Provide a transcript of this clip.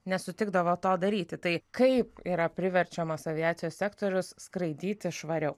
nesutikdavo to daryti tai kaip yra priverčiamas aviacijos sektorius skraidyti švariau